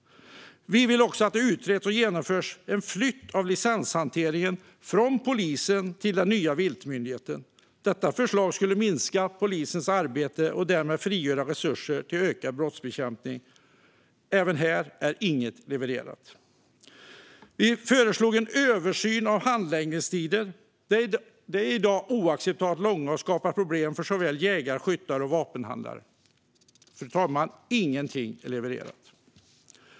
Vi vill att det utreds och genomförs en flytt av licenshanteringen från polisen till den nya viltmyndigheten. Detta förslag skulle minska polisens arbete och därmed frigöra resurser till ökad brottsbekämpning. Här är inget levererat. Vi föreslog en översyn av handläggningstiderna. De är i dag oacceptabelt långa och skapar problem för såväl jägare och skyttar som vapenhandlare. Inget är levererat.